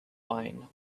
wine